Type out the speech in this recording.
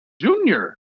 Junior